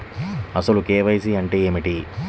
అసలు కే.వై.సి అంటే ఏమిటి?